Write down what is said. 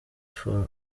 for